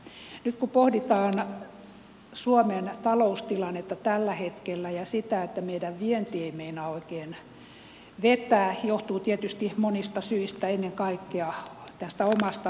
nyt kun pohditaan suomen taloustilannetta tällä hetkellä ja sitä että meidän vienti ei meinaa oikein vetää se johtuu tietysti monista syistä ennen kaikkea tästä omasta valuutasta